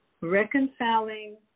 reconciling